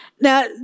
Now